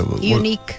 unique